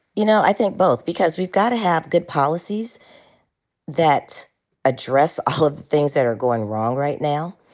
you know, i think both. because we've got to have good policies that address all of the things that are going wrong right now.